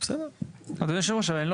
הוא לא